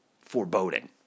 foreboding